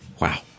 Wow